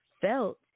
felt